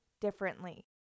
differently